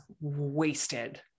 wasted